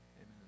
amen